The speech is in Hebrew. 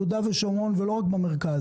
יהודה ושומרון ולא רק במרכז,